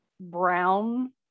brown